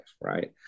right